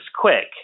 quick